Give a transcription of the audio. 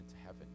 heaven